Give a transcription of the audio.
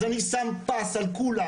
אז אני שם פס על כולם,